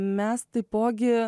mes taipogi